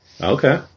okay